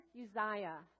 Uzziah